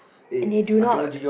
and they do not